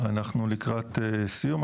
אנחנו לקראת סיום.